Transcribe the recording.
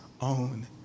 own